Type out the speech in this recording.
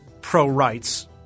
pro-rights –